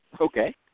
Okay